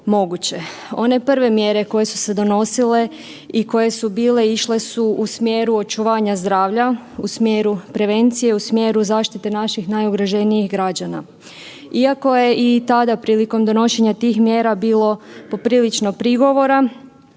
One prve mjere koje su se donosile i koje su bile, išle su u smjeru očuvanja zdravlja, u smjeru prevencije, u smjeru zaštite naših najugroženijih građana. Iako je i tada prilikom donošenja tih mjera bilo poprilično prigovora